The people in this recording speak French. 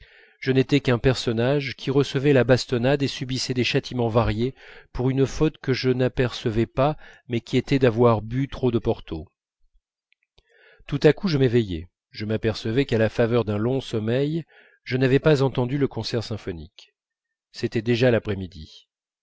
je n'étais qu'un personnage qui recevait la bastonnade et subissais des châtiments variés pour une faute que je n'apercevais pas mais qui était d'avoir bu trop de porto tout à coup je m'éveillais je m'apercevais qu'à la faveur d'un long sommeil je n'avais pas entendu le concert symphonique c'était déjà l'après-midi